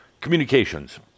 communications